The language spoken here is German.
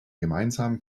gemeinsamen